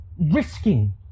risking